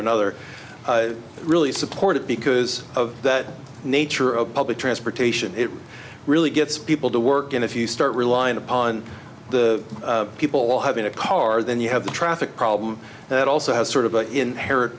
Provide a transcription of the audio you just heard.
another really supportive because of that nature of public transportation it really gets people to work and if you start relying upon the people having a car then you have the traffic problem that also has sort of an inherent